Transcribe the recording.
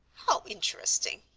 how interesting!